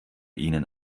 ihnen